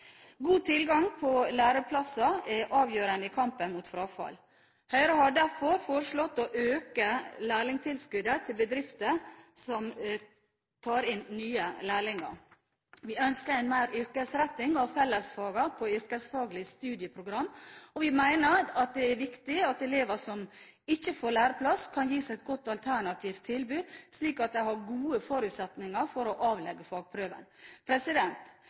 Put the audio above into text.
God tilgang på læreplasser er avgjørende i kampen mot frafall. Høyre har derfor foreslått å øke lærlingtilskuddet til bedrifter som tar inn nye lærlinger. Vi ønsker mer yrkesretting av fellesfagene på yrkesfaglige studieprogram, og vi mener det er viktig at elever som ikke får læreplass, kan gis et godt alternativt tilbud, slik at de har gode forutsetninger for å avlegge fagprøven.